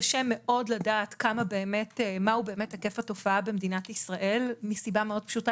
קשה מאוד לדעת מהו באמת היקף התופעה במדינת ישראל מסיבה מאוד פשוטה,